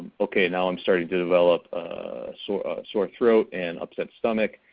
okay, now i'm starting to develop a sore sore throat, and upset stomach